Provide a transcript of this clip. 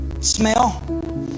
Smell